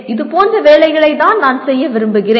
இது போன்ற வேலைகளை தான் நான் செய்ய விரும்புகிறேன்